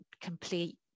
complete